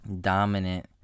dominant